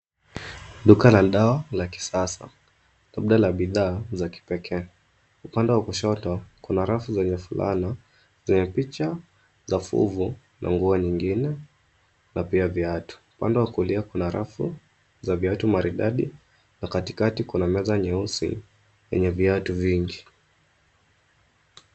Duka la dawa la kisasa labda la bidhaa za kipekee. Upande wa kushoto kuna rafu zenye fulana zenye picha za fuvu na nguo nyingine na pia viatu. Upande wa kulia kuna rafu za viatu maridadi na katikati kuna meza nyeusi yenye viatu vingi.